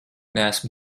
neesmu